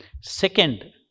Second